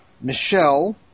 Michelle